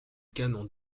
canon